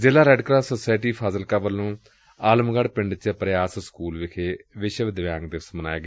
ਜ਼ਿਲੂਾ Red Cross society Fazilka ਵੱਲੋਂ ਆਲਮਗੜ੍ ਪਿੰਡ ਦੇ ਪ੍ਯਾਸ ਸਕੂਲ ਚ ਵਿਸ਼ਵ ਦਿਵਿਆਂਗ ਦਿਵਸ ਮਨਾਇਆ ਗਿਆ